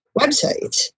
websites